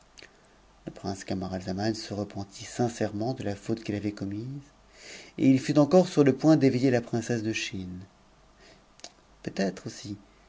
le prince camaratzaman se repentit sincèrement de la faute qu'il avait commise et il fut encore sur le point d'éveiller la princesse de chine peut-être